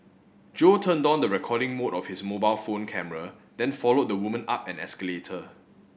Jo turned on the recording mode of his mobile phone camera then followed the woman up an escalator